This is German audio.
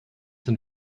sind